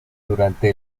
durante